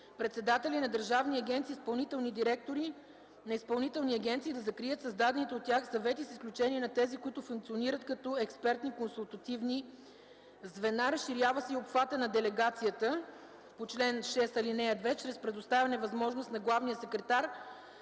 председатели на държавни агенции и изпълнителни директори на изпълнителни агенции да закрият създадените от тях съвети, с изключение на тези, които функционират като експертни консултативни звена. Разширява се и обхватът на делегацията по чл. 6, ал. 2 чрез предоставяне възможност на главния секретар